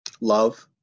Love